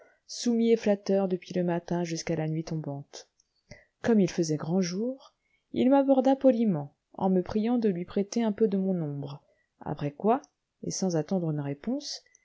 soumis et flatteur depuis le matin jusqu'à la nuit tombante comme il faisait grand jour il m'aborda poliment en me priant de lui prêter un peu de mon ombre après quoi et sans attendre une réponse